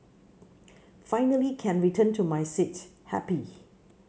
finally can return to my seat happy